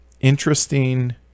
interesting